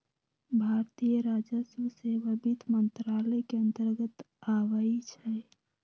भारतीय राजस्व सेवा वित्त मंत्रालय के अंतर्गत आबइ छै